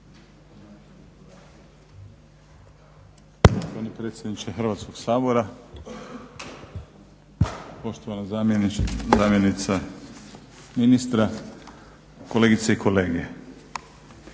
Hrvatskog sabora, poštovana zamjenice ministra, kolegice i kolege.